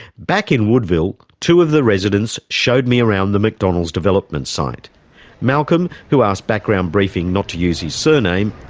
back in woodville, two of the residents showed me around the mcdonald's development site malcolm, who asked background briefing not to use his surname,